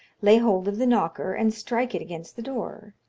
lay hold of the knocker, and strike it against the door,